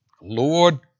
Lord